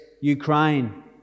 Ukraine